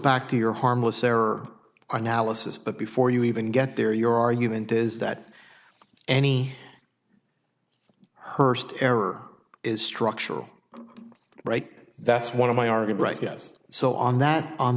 back to your harmless error analysis but before you even get there your argument is that any hearst error is structural right that's one of my argument he does so on that on